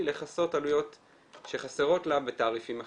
לכסות עלויות שחסרות לה בתעריפים אחרים.